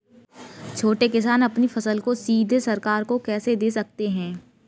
छोटे किसान अपनी फसल को सीधे सरकार को कैसे दे सकते हैं?